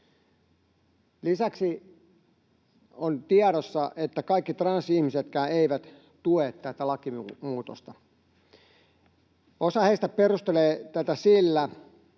Lisäksi on tiedossa, että kaikki transihmisetkään eivät tue tätä lakimuutosta. Osa heistä perustelee tätä sillä,